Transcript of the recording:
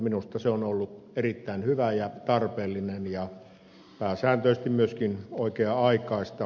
minusta se on ollut erittäin hyvä ja tarpeellinen ja pääsääntöisesti myöskin oikea aikaista